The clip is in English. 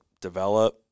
develop